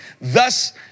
Thus